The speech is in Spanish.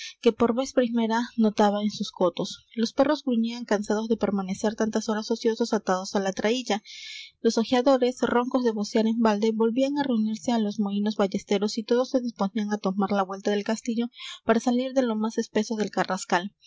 que por vez primera notaba en sus cotos los perros gruñían cansados de permanecer tantas horas ociosos atados á la traílla los ojeadores roncos de vocear en balde volvían á reunirse á los mohinos ballesteros y todos se disponían á tomar la vuelta del castillo para salir de lo más espeso del carrascal